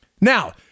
Now